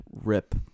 rip